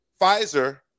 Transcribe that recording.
Pfizer